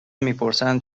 میپرسند